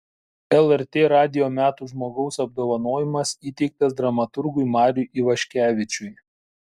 lrt radijo metų žmogaus apdovanojimas įteiktas dramaturgui mariui ivaškevičiui